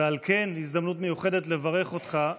ועל כן הזדמנות מיוחדת לברך אותך,